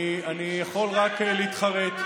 אני יכול רק להתחרט,